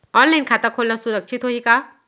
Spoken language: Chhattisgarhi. ऑनलाइन खाता खोलना सुरक्षित होही का?